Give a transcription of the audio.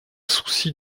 souci